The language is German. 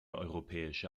europäische